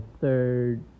third